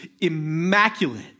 immaculate